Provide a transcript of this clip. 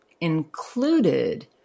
included